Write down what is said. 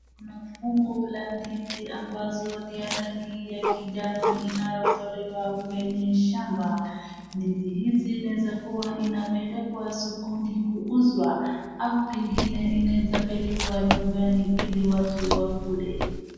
Kuna fungu la ndizi ambazo ni ya rangi ya kijani inayotolewa kwenye shamba, ndizi hizi inaeza kuwa inapelekwa sokoni kuuzwa au pengine inaeza pelekwa nyumbani ili watu wakule.